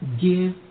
Give